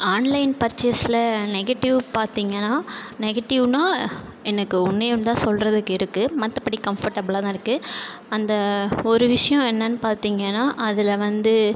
online பர்ச்சேஸில் negative பார்த்திங்கனா நெகட்டிவ்னால் எனக்கு ஒன்றே ஒன்றுதான் சொல்லுறதுக்கு இருக்குது மற்றபடி கம்ஃபர்டபுளாகதான் இருக்கு அந்த ஒரு விஷயம் என்னன்னு பார்த்திங்கன்னா அதில் வந்து